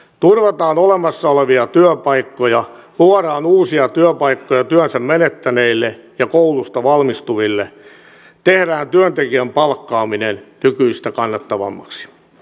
turvataan olemassa olevia työpaikkoja luodaan uusia työpaikkoja työnsä menettäneille ja koulusta valmistuville tehdään työntekijän palkkaaminen nykyistä kannattavammaksi